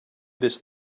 this